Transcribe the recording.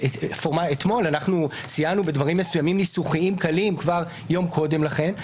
פורמלית סיימנו בדברים ניסוחיים קלים כבר יום קודם לכן.